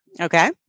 okay